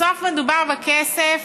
בסוף מדובר בכסף